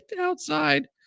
outside